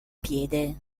piede